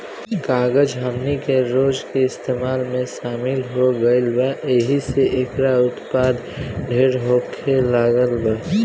कागज हमनी के रोज के इस्तेमाल में शामिल हो गईल बा एहि से एकर उत्पाद ढेर होखे लागल बा